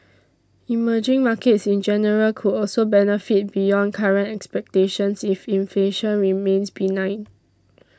emerging markets in general could also benefit beyond current expectations if inflation remains benign